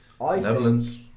Netherlands